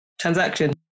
Transaction